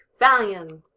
Valium